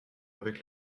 avec